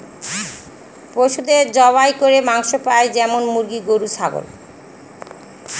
পশুদের জবাই করে মাংস পাই যেমন মুরগি, গরু, ছাগল